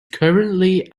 currently